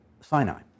Sinai